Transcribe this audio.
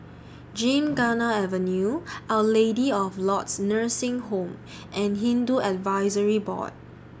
Gymkhana Avenue Our Lady of Lourdes Nursing Home and Hindu Advisory Board